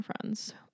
friends